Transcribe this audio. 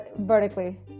vertically